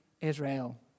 Israel